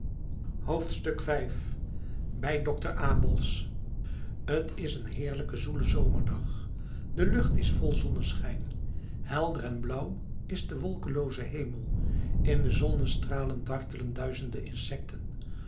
bij dokter abels t is een heerlijke zoele zomerdag de lucht is vol zonneschijn helder en blauw is de wolkelooze hemel in de zonnestralen dartelen duizenden insecten